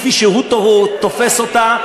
כפי שהוא תופס אותה,